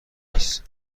نیست